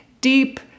deep